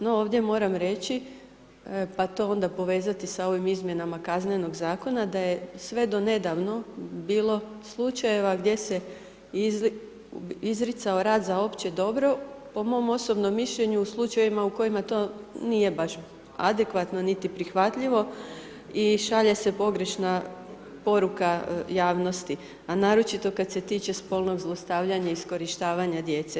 No ovdje moram reći pa to onda povezati sa ovim izmjenama Kaznenog zakona da je sve do nedavno bilo slučajeva gdje se izricao rad za opće dobro, po mom osobnom mišljenju u slučajevima u kojima to nije baš adekvatno niti prihvatljivo i šalje se pogrešna poruka javnosti a naročito kada se tiče spolnog zlostavljanja i iskorištavanja djece.